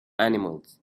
animals